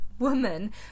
woman